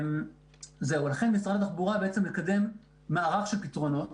לכן משרד התחבורה מקדם מערך של פתרונות.